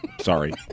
Sorry